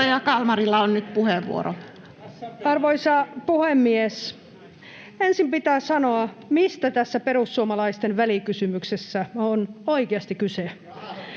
Time: 14:34 Content: Arvoisa puhemies! Ensin pitää sanoa, mistä tässä perussuomalaisten välikysymyksessä on oikeasti kyse: